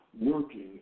working